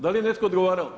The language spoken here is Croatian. Da li je netko odgovarao?